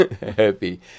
happy